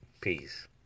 Peace